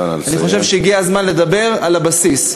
אני חושב שהגיע הזמן לדבר על הבסיס.